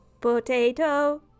potato